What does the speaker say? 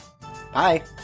Bye